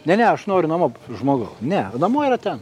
ne ne aš noriu namo žmogau ne namo yra ten